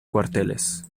cuarteles